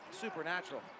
supernatural